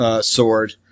sword